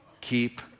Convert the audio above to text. Keep